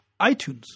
iTunes